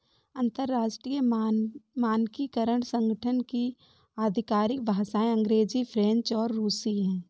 अंतर्राष्ट्रीय मानकीकरण संगठन की आधिकारिक भाषाएं अंग्रेजी फ्रेंच और रुसी हैं